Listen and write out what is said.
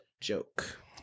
joke